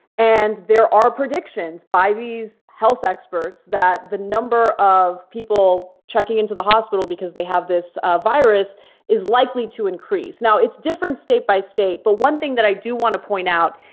and there are predictions by these health experts that the number of people checking into the hospital because they have this virus is likely to increase. now, it's different state by state. but one thing that i do want to point out,